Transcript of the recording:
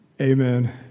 Amen